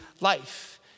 life